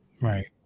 Right